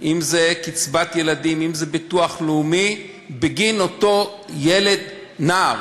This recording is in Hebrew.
ביטוח לאומי, קצבת ילדים, בגין אותו ילד, נער,